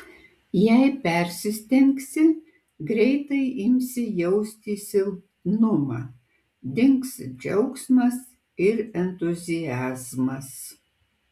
jei persistengsi greitai imsi jausti silpnumą dings džiaugsmas ir entuziazmas